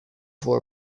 for